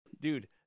Dude